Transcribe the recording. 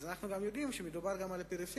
אז אנו יודעים שמדובר גם על הפריפריה,